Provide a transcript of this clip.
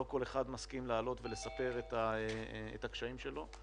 לא כל אחד מסכים לעלות ולספר את הקשיים שלו.